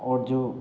और जो